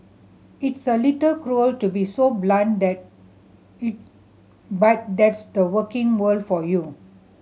it's a little cruel to be so blunt that it but that's the working world for you